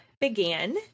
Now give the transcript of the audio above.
began